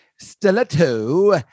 Stiletto